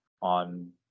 On